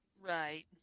right